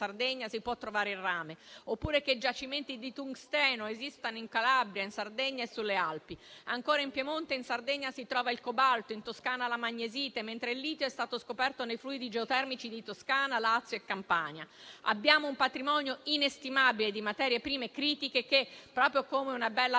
Sardegna si può trovare il rame, oppure che giacimenti di tungsteno esistano in Calabria, in Sardegna e sulle Alpi. In Piemonte e in Sardegna si trova il cobalto, in Toscana la magnesite, mentre il litio è stato scoperto nei fluidi geotermici di Toscana, Lazio e Campania. Abbiamo un patrimonio inestimabile di materie prime critiche che, proprio come una bella